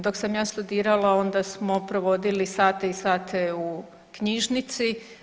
Dok sam ja studirala onda smo provodili sate i sate uz knjižnici.